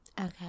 Okay